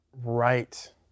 right